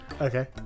Okay